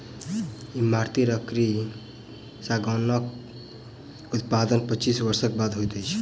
इमारती लकड़ी सागौनक उत्पादन पच्चीस वर्षक बाद होइत अछि